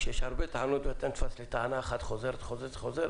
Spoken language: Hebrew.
כשיש הרבה טענות ואתה נתפס לטענה אחת שחוזרת וחוזרת,